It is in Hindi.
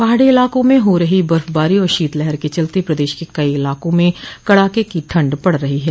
पहाड़ी इलाकों में हो रही बर्फबारी और शीतलहर के चलते प्रदेश के कई इलाका में कड़ाके की ठंड पड़ रही है